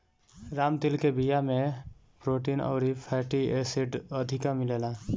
राम तिल के बिया में प्रोटीन अउरी फैटी एसिड अधिका मिलेला